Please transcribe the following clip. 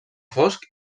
fosc